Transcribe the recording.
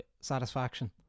satisfaction